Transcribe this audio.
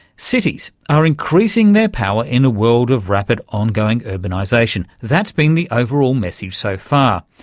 cities are increasing their power in a world of rapid ongoing urbanisation, that's been the overall message so far.